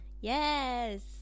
Yes